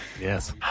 Yes